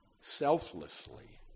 selflessly